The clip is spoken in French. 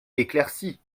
éclairci